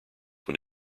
when